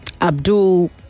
abdul